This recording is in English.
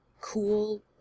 Cool